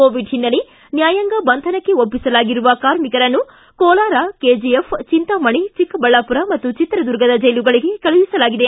Covid ಹಿನ್ನೆಲೆ ನ್ಯಾಯಾಂಗ ಬಂಧನಕ್ಕೆ ಒಪ್ಪಿಸಲಾಗಿರುವ ಕಾರ್ಮಿಕರನ್ನು ಕೋಲಾರ ಕೆಜಿಎಫ್ ಚಿಂತಾಮಣಿ ಚಿಕ್ಕಬಳ್ಳಾಪುರ ಮತ್ತು ಚಿತ್ರದುರ್ಗದ ಜೈಲುಗಳಿಗೆ ಕಳುಹಿಸಲಾಗಿದೆ